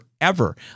forever